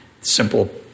simple